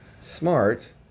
smart